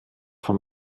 von